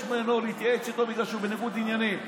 ממנו להתייעץ איתו בגלל שהוא בניגוד עניינים.